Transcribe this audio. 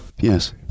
Yes